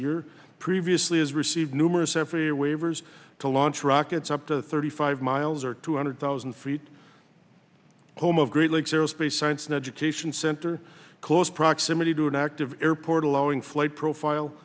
year previously has received numerous every waivers to launch rockets up to thirty five miles or two hundred thousand feet home of great lakes aerospace science and education center close proximity to an active airport allowing flight profile